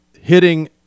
hitting